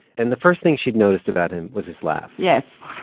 and the first thing she'd noticed about him was his laugh yes.